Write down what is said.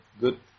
good